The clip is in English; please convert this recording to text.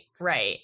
right